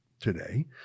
today